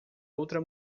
outra